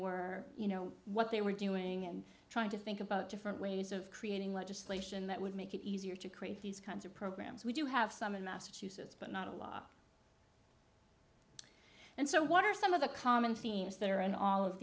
were you know what they were doing and trying to think about different ways of creating legislation that would make it easier to create these kinds of programs we do have some in massachusetts but not a law and so what are some of the common themes that are in all of